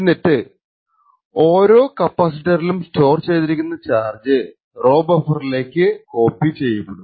എന്നിട്ട് ഓരോ കപ്പാസിറ്ററിലും സ്റ്റോർ ചെയ്തിരിക്കുന്ന ചാർജ് റൊ ബഫറിലേക്കു കോപ്പി ചെയ്യപ്പെടും